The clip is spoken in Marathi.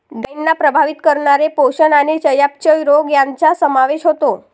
गायींना प्रभावित करणारे पोषण आणि चयापचय रोग यांचा समावेश होतो